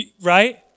Right